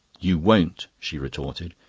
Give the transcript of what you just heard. you won't, she retorted.